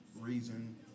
Reason